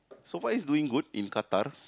so far he's doing good in Qatar